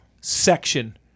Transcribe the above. section